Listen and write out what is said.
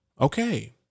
Okay